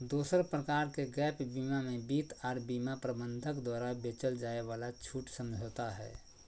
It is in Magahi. दोसर प्रकार के गैप बीमा मे वित्त आर बीमा प्रबंधक द्वारा बेचल जाय वाला छूट समझौता हय